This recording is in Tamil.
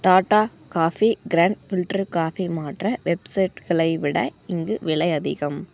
Tata coffee grand filter coffee மற்ற வெப்சைட்களை விட இங்கு விலை அதிகம்